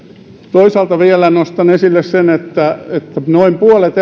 toisaalta vielä nostan esille sen että noin puolet